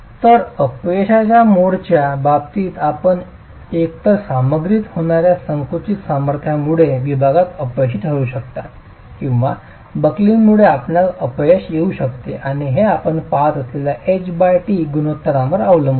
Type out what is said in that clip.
तर अपयशाच्या मोडच्या बाबतीत आपण एकतर सामग्रीत होणार्या संकुचित सामर्थ्यामुळे विभागात अपयशी ठरू शकता किंवा बकलिंगमुळे आपणास अपयश येऊ शकते आणि हे आपण पहात असलेल्या h t गुणोत्तरांवर अवलंबून आहे